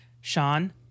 Sean